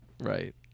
right